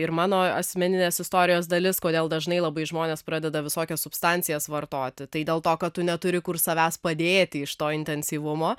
ir mano asmeninės istorijos dalis kodėl dažnai labai žmonės pradeda visokias substancijas vartoti tai dėl to kad tu neturi kur savęs padėti iš to intensyvumo